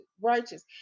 righteous